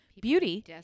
beauty